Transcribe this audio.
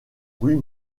bruit